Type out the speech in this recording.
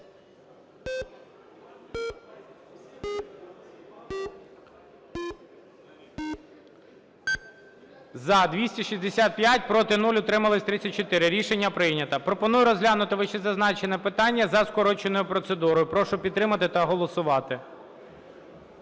За – 265, проти – 0, утримались 34. Рішення прийнято. Пропоную розглянути вищезазначене питання за скороченою процедурою. Прошу підтримати та голосувати.